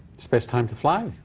best time to fly.